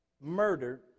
murdered